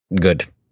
Good